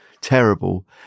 terrible